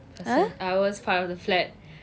as in I was part of the flat